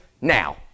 now